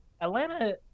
Atlanta